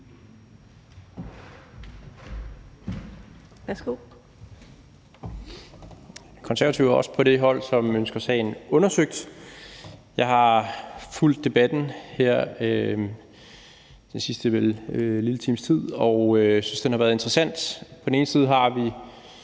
(KF): Konservative er også på det hold, som ønsker sagen undersøgt. Jeg har fulgt debatten her den sidste lille times tid, og jeg synes, at den har været interessant. På den ene side har vi